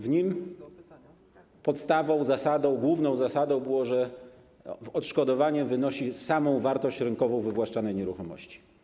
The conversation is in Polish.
W nim podstawą, główną zasadą było to, że odszkodowanie wynosi samą wartość rynkową wywłaszczanej nieruchomości.